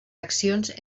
accions